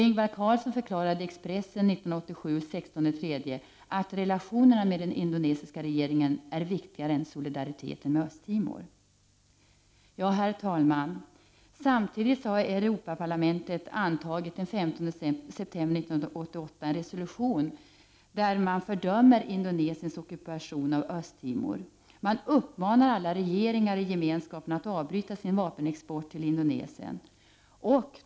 Ingvar Carlsson förklarade i Expressen den 16 mars 1987 att relationerna till den indonesiska regeringen är viktigare än solidariteten med Östra Timor. Herr talman! Den 15 september 1988 antog Europaparlamentet en resolution i vilken man fördömer Indonesiens ockupation av Östra Timor. Man uppmanar alla regeringar i Gemenskapen att avbryta vapenexporten till Indonesien.